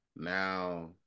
Now